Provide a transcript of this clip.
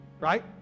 right